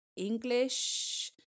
English